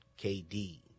KD